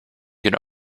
could